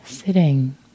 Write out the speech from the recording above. sitting